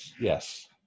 Yes